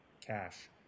cash